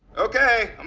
okay,